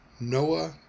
Noah